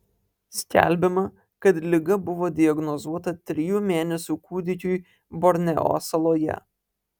skelbiama kad liga buvo diagnozuota trijų mėnesių kūdikiui borneo saloje